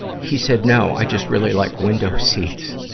he said, no. i just really like window seats.